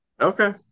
Okay